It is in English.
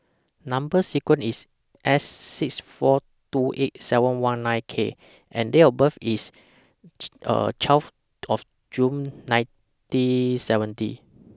Number sequence IS S six four two eight seven one nine K and Date of birth IS twelve of June nineteen seventy